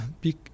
big